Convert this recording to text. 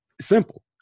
Simple